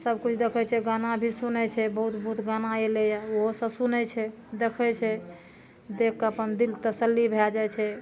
सबकिछु देखै छै गाना भी सुनै छै बहुत बहुत गाना एलैया ओहो सब सुनै छै देखै छै देख कऽ अपन दिल तसल्ली भए जाइ छै